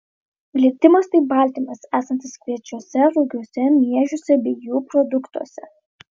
glitimas tai baltymas esantis kviečiuose rugiuose miežiuose bei jų produktuose